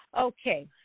Okay